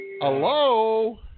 Hello